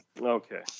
Okay